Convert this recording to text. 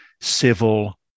civil